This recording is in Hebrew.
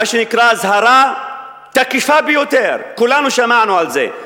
מה שנקרא, אזהרה תקיפה ביותר, כולנו שמענו על זה,